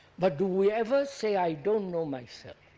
but do we ever say, i don't know myself?